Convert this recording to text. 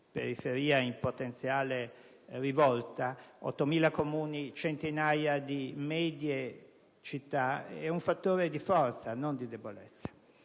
periferia in potenziale rivolta, ma 8.000 Comuni e centinaia di medie città, è un fattore di forza e non di debolezza.